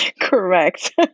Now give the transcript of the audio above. Correct